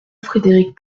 frédéric